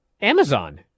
Amazon